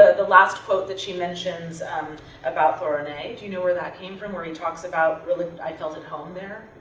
ah the last quote that she mentions about foreign aid do you know where that came from? where he talks about how really i felt at home there.